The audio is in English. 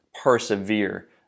persevere